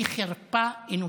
היא חרפה אנושית.